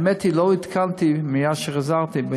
האמת היא שמאז חזרתי,